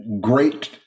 great